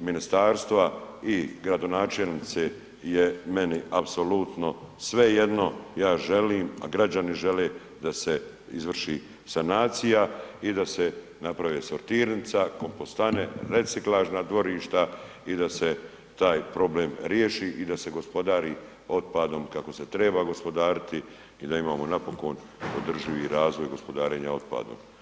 ministarstva i gradonačelnice je meni apsolutno svejedno, ja želim i građani žele da se izvrši sanacije i da se napravi sortirnica, kompostane, reciklažna dvorišta i da se taj problem riješi da se gospodari otpadom kako se treba gospodariti i da imamo napokon održivi razvoj gospodarenja otpadom.